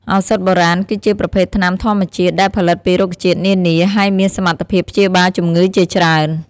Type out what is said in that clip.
ឱសថបុរាណ គឺជាប្រភេទថ្នាំធម្មជាតិដែលផលិតពីរុក្ខជាតិនានា ហើយមានសមត្ថភាពព្យាបាលជម្ងឺជាច្រើន។